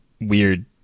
weird